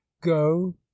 go